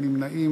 אין נמנעים,